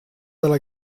della